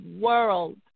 world